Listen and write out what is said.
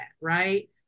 right